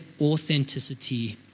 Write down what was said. authenticity